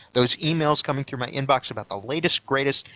those emails coming through my inbox about the latest greatest,